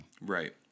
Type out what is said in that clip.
Right